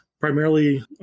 primarily